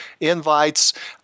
invites